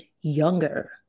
younger